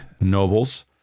Nobles